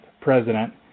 president